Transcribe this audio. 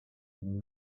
been